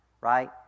right